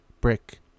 brick